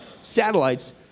Satellites